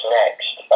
next